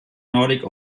nordic